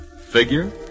Figure